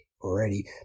already